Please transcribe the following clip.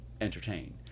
entertain